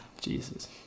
Jesus